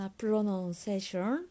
pronunciation